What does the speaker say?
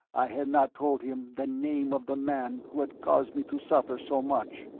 i had not told him the name of the man who had caused me to suffer so much.